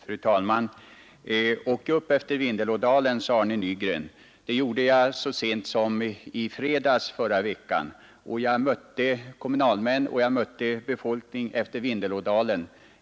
Fru talman! ”Åk upp efter Vindelådalen! ” sade Arne Nygren. Det gjorde jag så sent som i fredags förra veckan, och jag mötte kommunalmän och befolkning efter Vindelådalen.